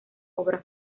obra